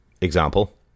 Example